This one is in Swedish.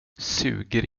suger